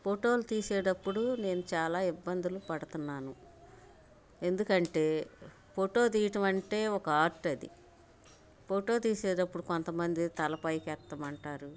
ఫోటోలు తీసేటప్పుడు నేను చాలా ఇబ్బందులు పడుతున్నాను ఎందుకు అంటే ఫోటో తీయడం అంటే ఒక ఆర్ట్ అది ఫోటో తీసేటప్పుడు కొంత మంది తల పైకి ఎత్తమంటారు